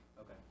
Okay